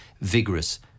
vigorous